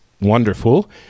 wonderful